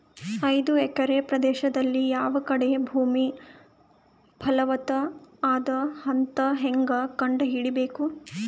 ಐದು ಎಕರೆ ಪ್ರದೇಶದಲ್ಲಿ ಯಾವ ಕಡೆ ಭೂಮಿ ಫಲವತ ಅದ ಅಂತ ಹೇಂಗ ಕಂಡ ಹಿಡಿಯಬೇಕು?